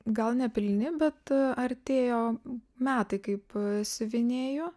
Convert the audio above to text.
gal nepilni bet artėjo metai kaip siuvinėju